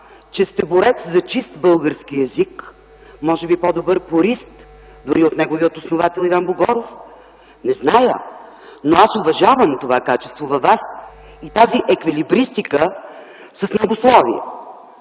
че сте борец за чист български език, може би по-добър порист, дори от неговия основател Иван Богоров – не зная, но аз уважавам това качество във Вас и тази еквилибристика с многословие.